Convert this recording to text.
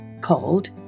called